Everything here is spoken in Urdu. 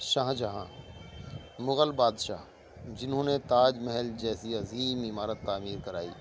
شاہ جہاں مغل بادشاہ جنہوں نے تاج محل جیسی عظیم عمارت تعمیر کرائی